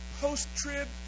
post-trib